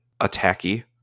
attacky